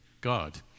God